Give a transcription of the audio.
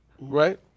right